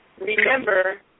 remember